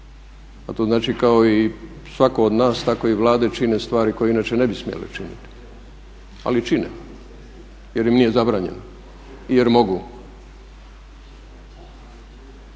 a to znači kao i svatko od nas, tako i Vlade čine stvari koje inače ne bi smjele činiti, ali čine jer im nije zabranjeno, jer mogu.